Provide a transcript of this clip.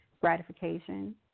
gratification